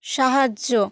সাহায্য